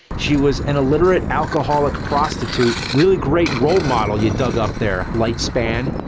she was an illiterate, alcoholic prostitute. really great role model you dug up there, lightspan.